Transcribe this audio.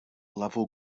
level